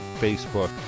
Facebook